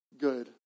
good